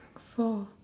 four